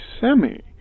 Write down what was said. semi-